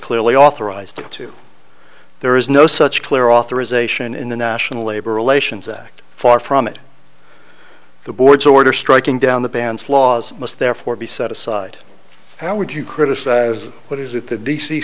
clearly authorized to there is no such clear authorization in the national labor relations act far from it the board's order striking down the bans laws must therefore be set aside how would you criticize what is it the d c